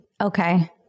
Okay